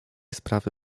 sprawy